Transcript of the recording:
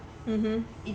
mmhmm